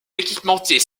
équipementiers